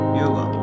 yoga